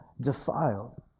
defiled